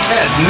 Ted